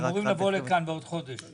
הם אמורים לבוא לכאן בעוד חודש.